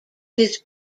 his